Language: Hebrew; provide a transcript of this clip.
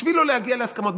בשביל לא להגיע להסכמות,